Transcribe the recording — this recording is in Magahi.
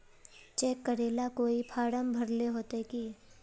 चेक करेला कोई फारम भरेले होते की?